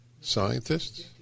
scientists